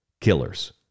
killers